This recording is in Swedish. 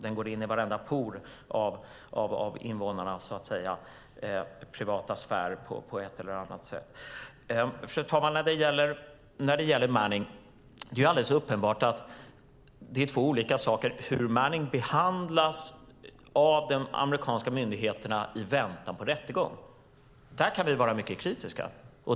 Den går in i varenda por hos invånarna och deras privata sfär på ett eller annat sätt. Fru talman! När det gäller Manning är det alldeles uppenbart att det är en sak hur Manning behandlas av de amerikanska myndigheterna i väntan på rättegång. Där kan vi vara mycket kritiska.